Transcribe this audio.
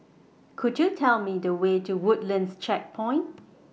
Could YOU Tell Me The Way to Woodlands Checkpoint